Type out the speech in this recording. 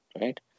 Right